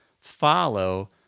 follow